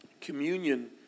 Communion